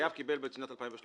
החייב קיבל בשנת 2013